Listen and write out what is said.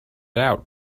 out